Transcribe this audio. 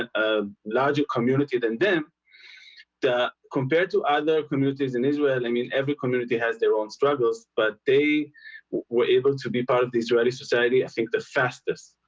and a larger community than them the compared to other communities in israel. i mean every community has their own struggles, but they were able to be part of the israeli society. i think the fastest